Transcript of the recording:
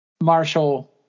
Marshall